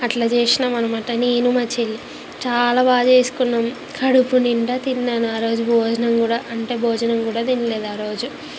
అట్లా చేసినాం అనమాట నేను మా చెల్లి చాలా బాగా చేసుకున్నాం కడుపునిండా తిన్నాను రోజు భోజనం కూడా అంటే భోజనం కూడా తినలేదు రోజు